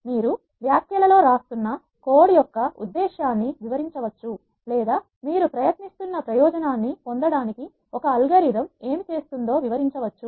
మీరు వ్యాఖ్యలలో వ్రాస్తున్నా కోడ్ యొక్క ఉద్దేశ్యాన్ని వివరించవచ్చు లేదా మీరు ప్రయత్నిస్తున్న ప్రయోజనాన్ని పొందడానికి ఒక అల్గోరిథం ఏమి చేస్తుందో వివరించవచ్చు